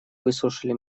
выслушали